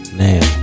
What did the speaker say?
now